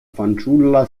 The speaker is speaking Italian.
fanciulla